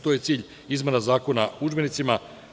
To je cilj izmena Zakona o udžbenicima.